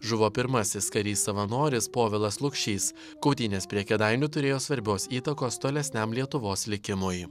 žuvo pirmasis karys savanoris povilas lukšys kautynės prie kėdainių turėjo svarbios įtakos tolesniam lietuvos likimui